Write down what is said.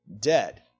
dead